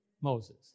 Moses